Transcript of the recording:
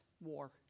war